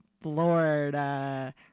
Florida